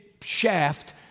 shaft